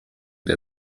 der